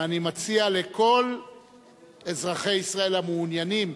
אני מציע לכל אזרחי ישראל המעוניינים,